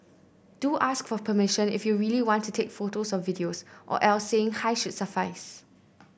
do ask for permission if you really want to take photos or videos or else saying hi should suffice